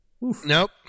Nope